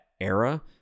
era